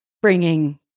Bringing